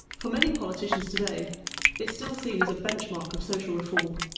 for many politicians today it's still seen as a benchmark of social reform.